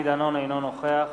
אינו נוכח